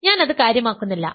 ഞാൻ അത് കാര്യമാക്കുന്നില്ല